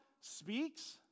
speaks